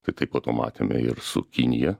tai kaip po to matėme ir su kinija